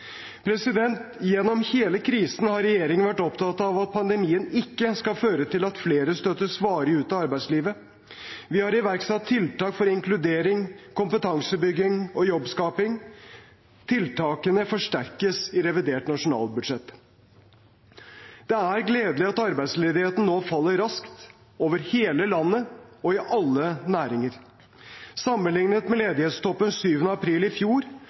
Gjennom hele krisen har regjeringen vært opptatt av at pandemien ikke skal føre til at flere støtes varig ut av arbeidslivet. Vi har iverksatt tiltak for inkludering, kompetansebygging og jobbskaping. Tiltakene forsterkes i revidert nasjonalbudsjett. Det er gledelig at arbeidsledigheten nå faller raskt – over hele landet og i alle næringer. Sammenliknet med ledighetstoppen 7. april i fjor